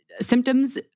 symptoms